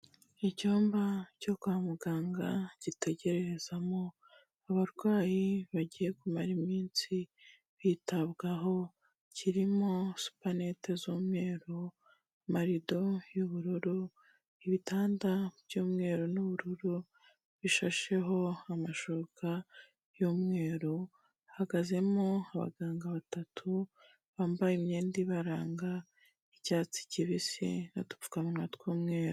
Icyumba cyo kwa muganga gitegererezamo abarwayi bagiye kumara iminsi bitabwaho, kirimo supanete z'umweru, amarido y'ubururu, ibitanda by'umweru n'ubururu, bishasheho amashuka y'umweru, hahagazemo abaganga batatu bambaye imyenda ibaranga y'icyatsi kibisi n'udupfukamunwa tw'umweru.